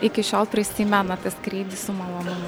iki šiol prisimena tą skrydį su malonumu